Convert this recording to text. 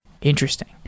Interesting